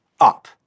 up